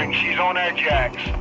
and she's on our jacks.